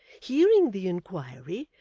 hearing the inquiry,